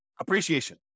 appreciation